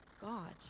God